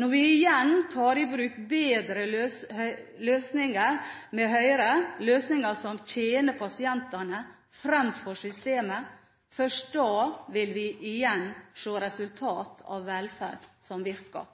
Når vi igjen tar i bruk bedre løsninger med Høyre – løsninger som tjener pasienten fremfor systemet – først da vil vi igjen se resultat av velferd som virker.